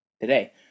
Today